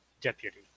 deputy